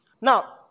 Now